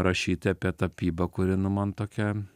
rašyti apie tapybą kuri nu man tokia